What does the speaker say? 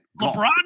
LeBron